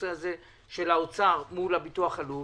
בעניין משרד האוצר מול ביטוח לאומי.